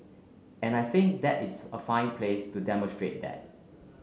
and I think that is a fine place to demonstrate that